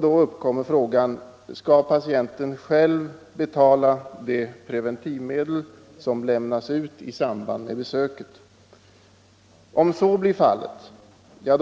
Då uppkommer frågan: Skall patienten själv betala de preventivmedel som lämnas ut i samband med besöket? Om så blir fallet